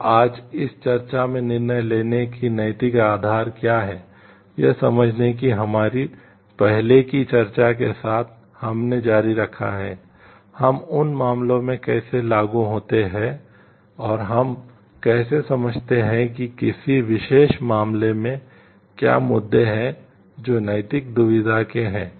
तो आज इस चर्चा में निर्णय लेने के नैतिक आधार क्या हैं यह समझने की हमारी पहले की चर्चा के साथ हमने जारी रखा है हम उन मामलों में कैसे लागू होते हैं और हम कैसे समझते हैं कि किसी विशेष मामले में क्या मुद्दे हैं जो नैतिक दुविधा के हैं